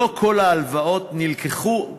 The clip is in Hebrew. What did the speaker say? לא כל ההלוואות נלקחו,